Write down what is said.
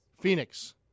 Phoenix